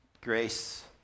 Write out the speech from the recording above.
grace